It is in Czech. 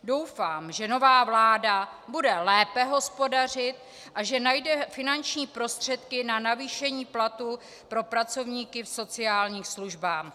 Doufám, že nová vláda bude lépe hospodařit a že najde finanční prostředky na navýšení platů pro pracovníky v sociálních službách.